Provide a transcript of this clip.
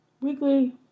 weekly